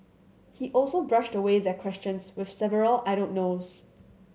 he also brushed away their questions with several I don't knows